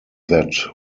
that